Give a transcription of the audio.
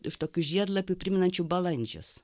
iš tokių žiedlapių primenančių balandžius